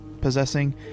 possessing